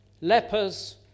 lepers